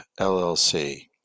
LLC